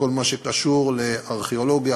בכל מה שקשור לארכיאולוגיה,